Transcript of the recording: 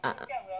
ah